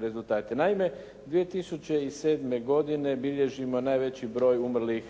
rezultate. Naime, 2007. godine bilježimo najveći broj umrlih